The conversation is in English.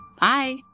Bye